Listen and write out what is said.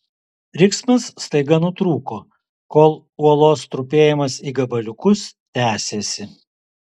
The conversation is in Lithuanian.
riksmas staiga nutrūko kol uolos trupėjimas į gabaliukus tęsėsi